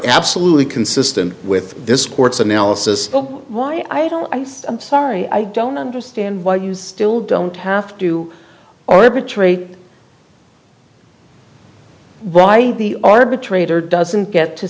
absolutely consistent with this court's analysis of why i don't i'm sorry i don't understand why you still don't have to arbitrate why the arbitrator doesn't get to